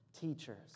Teachers